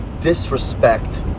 disrespect